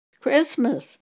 Christmas